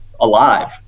alive